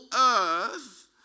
earth